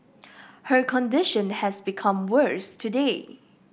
her condition has become worse today